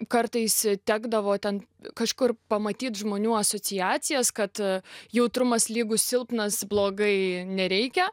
kartais tekdavo ten kažkur pamatyt žmonių asociacijos kad jautrumas lygus silpnas blogai nereikia